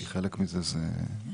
כי חלק מזה סודי.